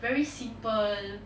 very simple